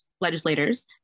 legislators